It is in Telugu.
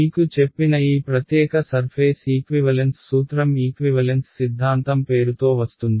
మీకు చెప్పిన ఈ ప్రత్యేక సర్ఫేస్ ఈక్వివలెన్స్ సూత్రం ఈక్వివలెన్స్ సిద్ధాంతం పేరుతో వస్తుంది